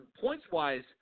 points-wise